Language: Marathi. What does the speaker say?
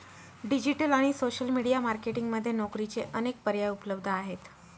डिजिटल आणि सोशल मीडिया मार्केटिंग मध्ये नोकरीचे अनेक पर्याय उपलब्ध आहेत